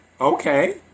okay